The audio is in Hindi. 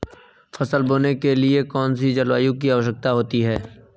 फसल बोने के लिए कौन सी जलवायु की आवश्यकता होती है?